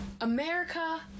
America